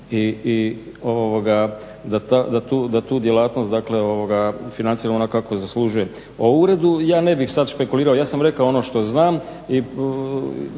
i da tu djelatnost, dakle financiramo onako kako ona zaslužuje. O uredu ja ne bih sada špekulirao, ja sam rekao ono što znam